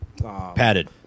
padded